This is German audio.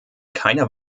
keiner